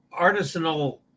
artisanal